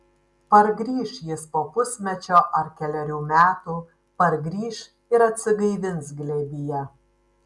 pargrįš jis po pusmečio ar kelerių metų pargrįš ir atsigaivins glėbyje